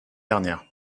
dernière